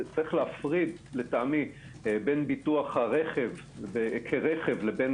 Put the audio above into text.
ויש להפריד לטעמי בין ביטוח הרכב כרכב לבין